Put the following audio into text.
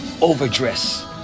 overdress